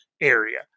area